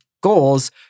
goals